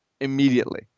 immediately